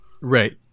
right